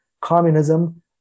communism